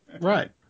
Right